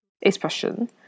expression